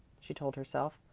she told herself.